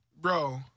Bro